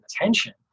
attention